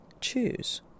Choose